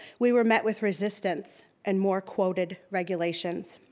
we were met with resistance and more quoted regulations.